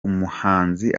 umuhanzi